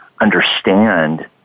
understand